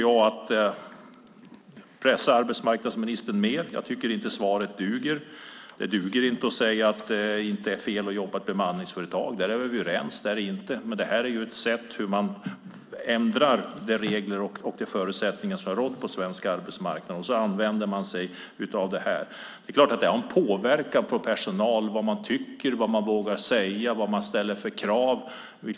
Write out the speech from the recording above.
Jag vill pressa arbetsmarknadsministern mer. Jag tycker inte att svaret duger. Det duger inte att säga att det inte är fel att jobba i ett bemanningsföretag - det är vi överens om att det inte är - för det är ett sätt att ändra de regler och förutsättningar som rått på svensk arbetsmarknad när man använder sig av det här systemet. Det är klart att det har en påverkan på vad personal tycker, vågar säga och ställa för krav.